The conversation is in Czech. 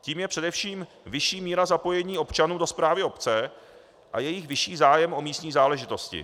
Tím je především vyšší míra zapojení občanů do správy obce a jejich vyšší zájem o místní záležitosti.